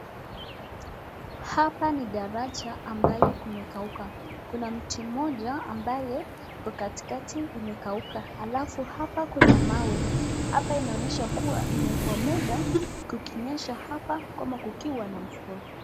Hapa ni daraja ambayo kumekauka , kuna mti mmoja ambaye iko katikati imekauka alafu hapa kuna mawe ,hapa inaonyesha kuwa imekuwa muda kukinyesha hapa ama kukiwa na mvua.